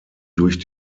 durch